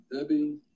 Debbie